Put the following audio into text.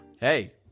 Hey